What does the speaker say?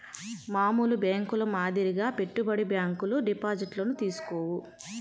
మామూలు బ్యేంకుల మాదిరిగా పెట్టుబడి బ్యాంకులు డిపాజిట్లను తీసుకోవు